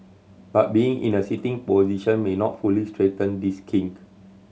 but being in a sitting position may not fully straighten this kink